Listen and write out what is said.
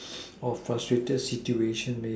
orh frustrated situation may